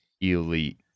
elite